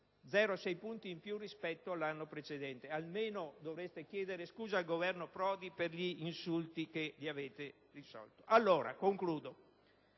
0,6 punti in più rispetto all'anno precedente. Almeno, dovete chiedere scusa al Governo Prodi per gli insulti che gli avete rivolto. In conclusione,